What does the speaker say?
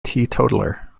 teetotaler